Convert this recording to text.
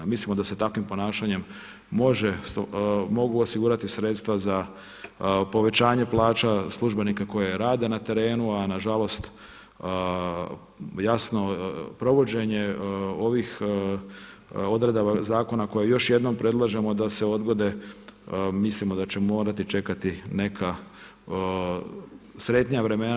Mislimo da se takvim ponašanjem mogu osigurati sredstva za povećanje plaća službenika koji rade na terenu, a nažalost jasno provođenje ovih odredaba zakona koje još jednom predlažemo da se odgode, mislimo da će morati čekati neka sretnija vremena.